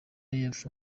y’epfo